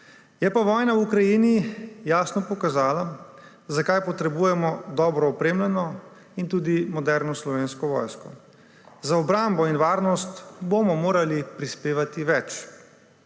Je pa vojna v Ukrajini jasno pokazala, zakaj potrebujemo dobro opremljeno in tudi moderno Slovensko vojsko. Za obrambo in varnost bomo morali prispevati več,